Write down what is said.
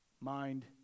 mind